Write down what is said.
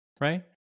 right